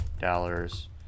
dollars